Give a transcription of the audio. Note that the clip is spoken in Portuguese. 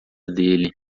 dele